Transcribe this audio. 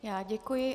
Já děkuji.